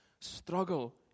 Struggle